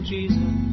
Jesus